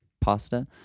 pasta